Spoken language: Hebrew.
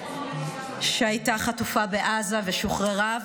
שהייתה חטופה בעזה ושוחררה,